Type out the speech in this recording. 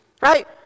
right